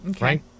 Right